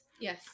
Yes